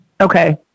okay